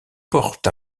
porte